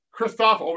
Christoph